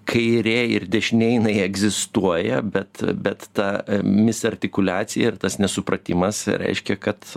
kairė ir dešinė jinai egzistuoja bet bet ta misartikuliacija ir tas nesupratimas reiškia kad